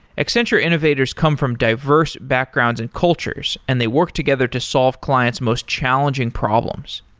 accenture innovators come from diverse backgrounds and cultures and they work together to solve client's most challenging problems.